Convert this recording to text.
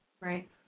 Right